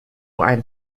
ein